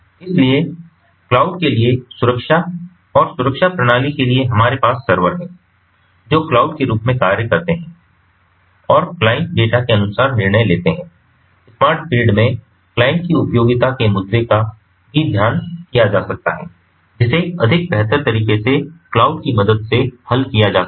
इसलिए क्लाउड के लिए सुरक्षा और सुरक्षा प्रणाली के लिए हमारे पास सर्वर हैं जो क्लाउड के रूप में कार्य करते हैं और क्लाइंट डेटा के अनुसार निर्णय लेते हैं स्मार्ट ग्रिड में क्लाइंट की गोपनीयता के मुद्दों का भी ध्यान किया जा सकता है जिसे अधिक बेहतर तरीके से क्लाउड की मदद से हल किया जा सकता है